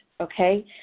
okay